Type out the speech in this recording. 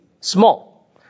small